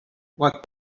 what